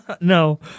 No